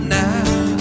now